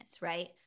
right